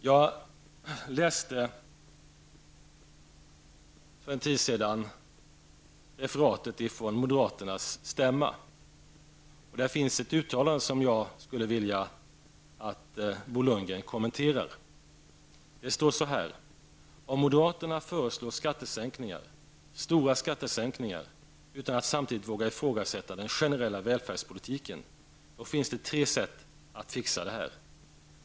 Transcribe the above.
Jag läste för en tid sedan ett refererat från moderaternas stämma. Där finns ett uttalande som jag skulle vilja att Bo Lundgren kommenterar: ''Om moderaterna föreslår skattesänkningar, stora skattesänkningar, utan att samtidigt våga ifrågasätta den generella välfärdspolitiken, då finns det tre sätt att fixa det här.